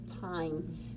time